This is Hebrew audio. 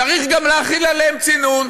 צריך להחיל גם עליהם צינון.